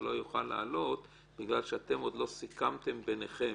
וזה לא יוכל לעלות בגלל שאתם עוד לא סיכמתם ביניכם.